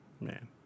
Man